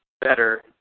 better